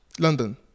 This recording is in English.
London